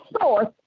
source